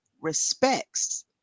respects